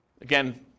Again